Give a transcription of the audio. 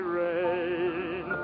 rain